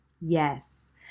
Yes